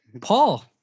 Paul